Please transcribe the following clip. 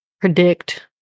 predict